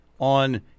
on